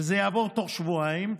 וזה יעבור תוך שבועיים,